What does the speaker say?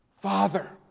Father